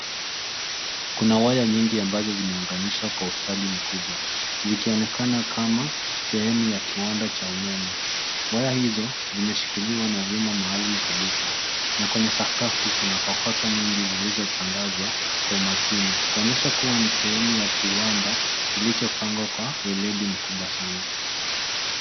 Kuna waya nyingi ambazo zimeunganishwa kwa ustadi mkubwa sikionekana kama sehemu ya kiwanda cha umeme, waya hizo zimeshikiliwa na vyuma maalum kabisa na kwenye sakafu kuna kokoto nyingi zilizo tangaswa kwa umakini kuonyesha kuwa ni sehemu ya kiwanda kilichopangwa kwa weledi mkubwa sana.